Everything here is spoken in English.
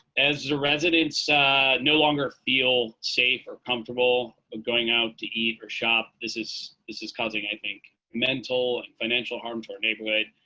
as the residents ah no longer feel safe or comfortable going out to eat or shop, this is this is causing i think mental and financial harm to our neighborhood.